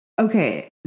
Okay